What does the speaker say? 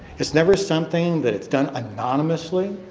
it's never something that it's done anonymously.